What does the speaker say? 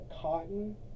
cotton